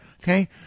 Okay